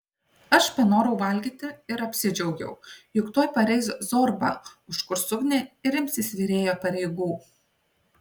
aš panorau valgyti ir apsidžiaugiau juk tuoj pareis zorba užkurs ugnį ir imsis virėjo pareigų